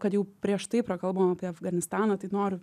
kad jau prieš tai prakalbom apie afganistaną tai noriu